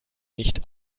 nicht